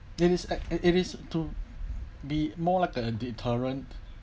it is act~ it is to be more like a deterrent